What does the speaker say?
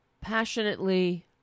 passionately